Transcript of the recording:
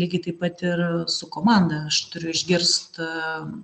lygiai taip pat ir su komanda aš turiu išgirst a